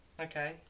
okay